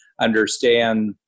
understand